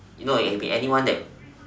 you know it can be anyone that